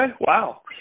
wow